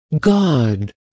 God